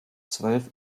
zwölf